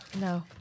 No